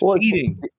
eating